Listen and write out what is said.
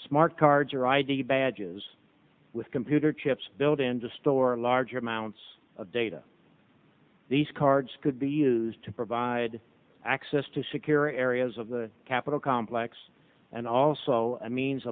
smart cards or id badges with computer chips built in to store large amounts of data these cards could be used to provide access to secure areas of the capitol complex and also means